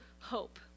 hope